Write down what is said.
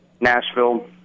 Nashville